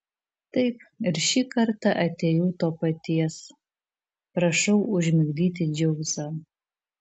taip ir šį kartą atėjau to paties prašau užmigdyti dzeusą